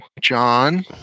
John